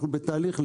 אנחנו בתהליך,